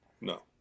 No